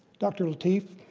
dr. lateef,